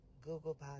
Google